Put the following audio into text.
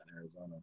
Arizona